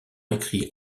écrit